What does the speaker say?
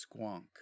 Squonk